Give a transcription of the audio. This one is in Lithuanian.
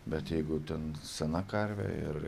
bet jeigu ten sena karvė ir